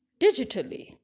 digitally